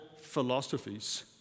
philosophies